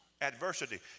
adversity